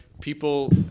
people